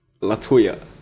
Latoya